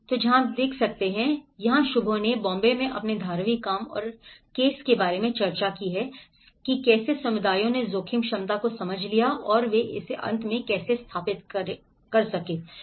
तो यह वह जगह है जहाँ शुभो ने बॉम्बे में अपने धारावी काम और कैसे के बारे में चर्चा की है समुदायों ने जोखिम क्षमता को समझ लिया है और वे इसे अंत में कैसे सत्यापित करते हैं